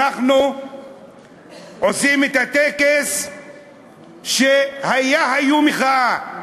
אנחנו עושים את הטקס שהיה הייתה מחאה.